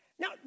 Now